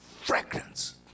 fragrance